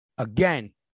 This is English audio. Again